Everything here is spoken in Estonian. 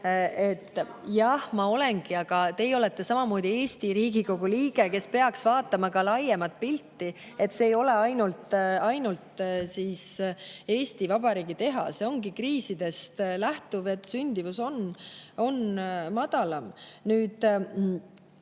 Jah, ma olengi, aga teie olete samamoodi Eesti Riigikogu liige, kes peaks vaatama ka laiemat pilti. See ei ole ainult Eesti Vabariigi teha. See ongi kriisidest lähtuv, et sündimus on madalam. Me